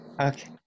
Okay